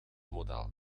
model